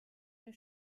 der